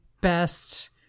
best